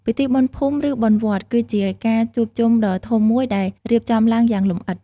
ពិធីបុណ្យភូមិ ឬបុណ្យវត្ត គឺជាការជួបជុំដ៏ធំមួយដែលរៀបចំឡើងយ៉ាងលម្អិត។